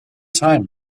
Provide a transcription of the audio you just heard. time